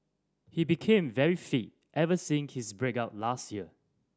he became very fit ever since his break up last year